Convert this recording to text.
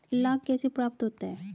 लाख कैसे प्राप्त होता है?